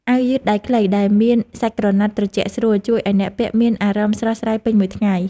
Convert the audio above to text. អាវយឺតដៃខ្លីដែលមានសាច់ក្រណាត់ត្រជាក់ស្រួល ជួយឱ្យអ្នកពាក់មានអារម្មណ៍ស្រស់ស្រាយពេញមួយថ្ងៃ។